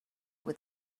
with